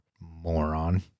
Moron